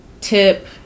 tip